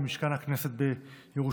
במשכן הכנסת בירושלים.